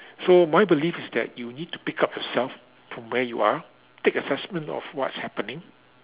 so my belief is that you need to pick up yourself from where you are take assessment of what's happening